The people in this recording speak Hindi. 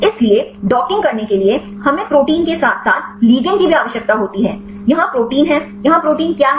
इसलिए डॉकिंग करने के लिए हमें प्रोटीन के साथ साथ लिगैंड की भी आवश्यकता होती है यहाँ प्रोटीन है यहाँ प्रोटीन क्या है